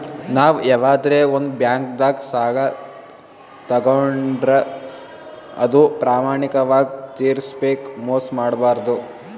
ನಾವ್ ಯವಾದ್ರೆ ಒಂದ್ ಬ್ಯಾಂಕ್ದಾಗ್ ಸಾಲ ತಗೋಂಡ್ರ್ ಅದು ಪ್ರಾಮಾಣಿಕವಾಗ್ ತಿರ್ಸ್ಬೇಕ್ ಮೋಸ್ ಮಾಡ್ಬಾರ್ದು